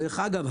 דרך אגב,